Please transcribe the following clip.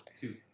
two